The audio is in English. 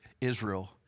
Israel